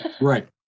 Right